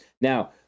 Now